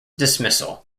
dismissal